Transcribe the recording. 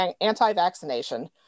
anti-vaccination